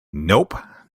nope